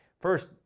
first